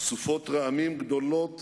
סופות רעמים גדולות